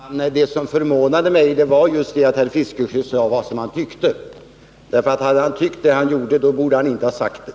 Herr talman! Det som förvånade mig var just att herr Fiskesjö sade vad han tyckte. Med tanke på vad han tyckte, borde han inte ha sagt det.